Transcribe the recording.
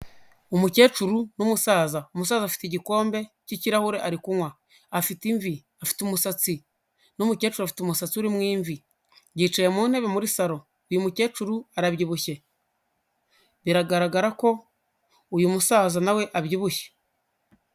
Umukecuru n'umusaza, umusaza afite igikombe cy'ikirahure ari kunywa, afite imvi, afite umusatsi n'umukecuru afite umusatsi urimo imvi, yicaye mu ntebe muri saro, uyu mukecuru arabyibushye, biragaragara ko uyu musaza nawe abyibushye.